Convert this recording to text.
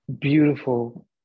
beautiful